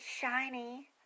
shiny